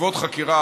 בעקבות חקירה